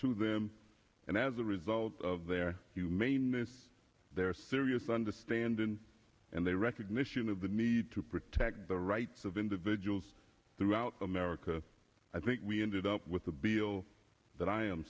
to them and as a result of their humaneness their serious understanding and they recognition of the need to protect the rights of individuals throughout america i think we ended up with a bill that i am